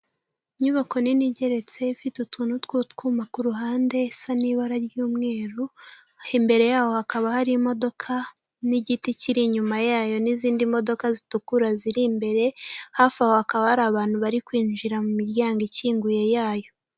Inyubako nini ngereretse, ifite utuntu two twuyuma ku ruhande, isa n'ibara ry'umweru, aho imbere yaho hakaba hari imodoka, n'igiti kiri inyuma yayo n'izindi modoka zitukura ziri imbere, hafi aho hakaba hari abantu bari kwinjira mu miryango ikinguye yayo.